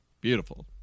beautiful